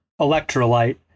electrolyte